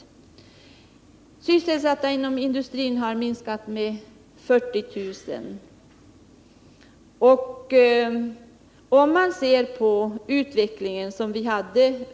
Antalet sysselsatta inom industrin har minskat med 40 000 under 1978.